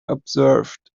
observed